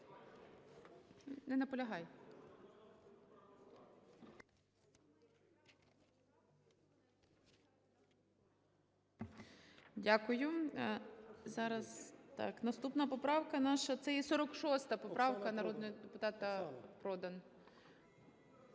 так. Наступна поправка наша - це є 46 поправка народного депутата Продан.